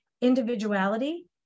individuality